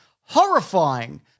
Horrifying